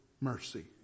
mercy